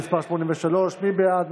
עוברים להצבעה על הסתייגות מס' 83. מי בעד?